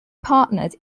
partnered